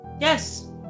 Yes